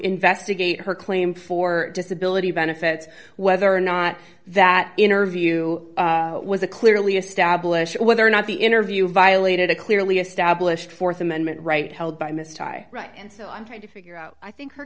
investigate her claim for disability benefits whether or not that interview was a clearly established whether or not the interview violated a clearly established th amendment right held by mr i right and so i'm trying to figure out i think her